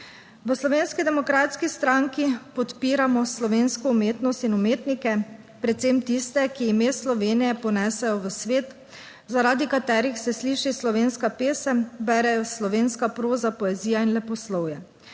V Slovenski demokratski stranki podpiramo slovensko umetnost in umetnike, predvsem tiste, ki ime Slovenije ponesejo v svet, zaradi katerih se sliši slovenska pesem, berejo slovenska proza, poezija in leposlovje.